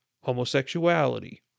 homosexuality